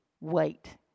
wait